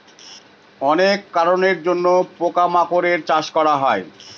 অনেক কারনের জন্য পোকা মাকড়ের চাষ করা হয়